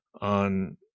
on